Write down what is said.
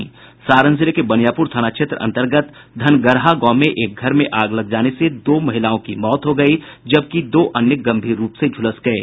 सारण जिले के बनियापुर थाना क्षेत्र अंतर्गत धनगरहा गांव के एक घर में आग लग जाने से दो महिलाओं की मौत हो गयी जबकि दो अन्य गंभीर रूप से झुलस गये